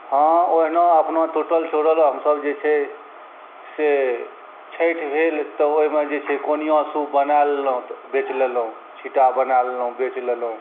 हाँ ओहिना अपना टूटल चुरल हमसब जे छै से छठि भेल तऽ ओहिमे जे छै कोनिआ सूप बना लेलहुँ बेच लेलहुँ छिट्टा बना लेलहुँ बेच लेलहुँ